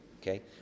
okay